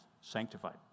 sanctified